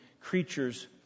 creatures